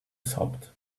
sobbed